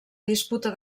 disputa